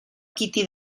kitty